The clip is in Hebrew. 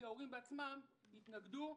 כי ההורים בעצמם יתנגדו.